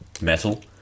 metal